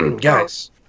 Guys